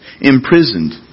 imprisoned